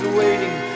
waiting